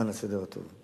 למען הסדר הטוב: